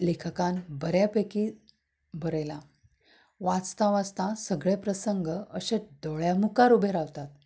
लेखकान बऱ्या पैकी बरयलां वाचता वाचता सगळे प्रसंग अशेच दोळ्यां मुखार उबे रावतात